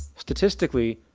statistically,